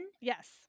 Yes